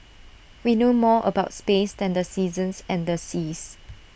we know more about space than the seasons and the seas